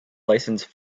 licensed